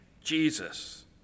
Jesus